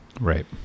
Right